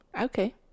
Okay